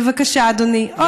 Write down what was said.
בבקשה, אדוני, עוד דקה.